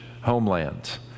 homelands